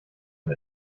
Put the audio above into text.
und